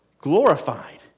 glorified